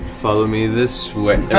follow me this way.